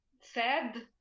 sad